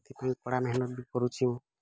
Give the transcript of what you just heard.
ସେଥିପାଇଁ କଡ଼ା ମେହେନତ୍ ବି କରୁଛି